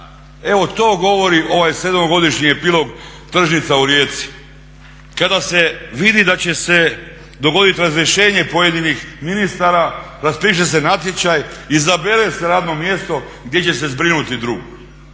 Evo, to govori ovaj 7-godišnji epilog tržnica u Rijeci. Kada se vidi da će se dogoditi razrješenje pojedinih ministara raspiše se natječaj, izabere se radno mjesto gdje će se zbrinuti drug.